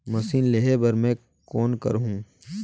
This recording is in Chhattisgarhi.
मशीन लेहे बर मै कौन करहूं?